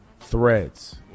threads